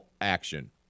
action